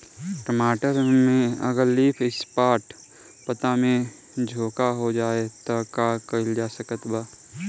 टमाटर में अगर लीफ स्पॉट पता में झोंका हो जाएँ त का कइल जा सकत बा?